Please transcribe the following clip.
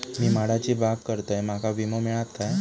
मी माडाची बाग करतंय माका विमो मिळात काय?